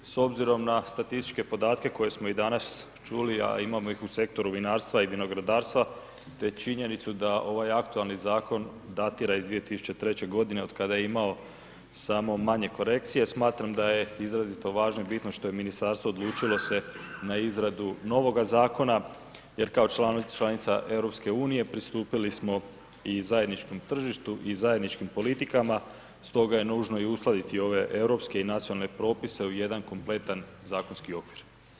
S obzirom na statističke podatke koje smo i danas čuli a imamo ih u sektoru vinarstva i vinogradarstva te činjenicu da ovaj aktualni zakon datira iz 2003. godine otkada je imao samo manje korekcije smatram da je izrazito važno i bitno što je ministarstvo odlučilo se na izradu novoga zakona jer kao članica EU pristupili smo i zajedničkom tržištu i zajedničkim politikama što je nužno i uskladiti ove europske i nacionalne propise u jedan kompletan zakonski okvir.